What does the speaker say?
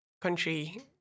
country